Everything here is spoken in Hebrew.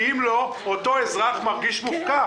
כי אחרת אזרח מרגיש מופקר.